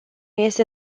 este